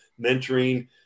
mentoring